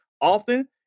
often